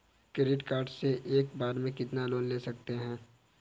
Credit card से एक बार में कितना लोन ले सकते हैं?